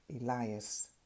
Elias